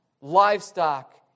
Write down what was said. livestock